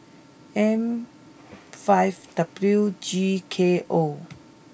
M five W G K O